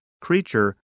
creature